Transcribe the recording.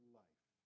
life